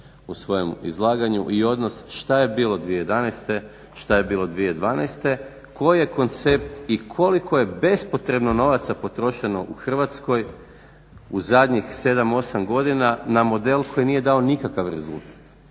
u svojem izlaganju. I odnos šta je bilo 2011., šta je bilo 2012. koje koncept i koliko je bespotrebno novaca potrošeno u Hrvatskoj u zadnjih 7,8 godina na model koji nije dao nikakav rezultat.